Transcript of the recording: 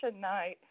night